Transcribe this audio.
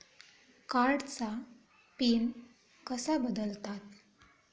कार्डचा पिन कसा बदलतात?